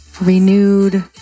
Renewed